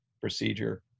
Procedure